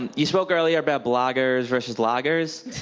and you spoke earlier about bloggers versus loggers.